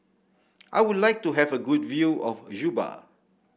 I would like to have a good view of Juba